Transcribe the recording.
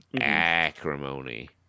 acrimony